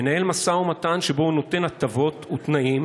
מנהל משא ומתן שבו הוא נותן הטבות ותנאים